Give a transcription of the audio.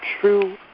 true